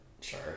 Sure